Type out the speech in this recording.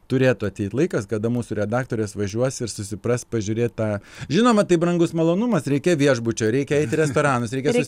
turėtų ateit laikas kada mūsų redaktorės važiuos ir susipras pažiūrėt tą žinoma tai brangus malonumas reikia viešbučio reikia eit į restoranus reikia sus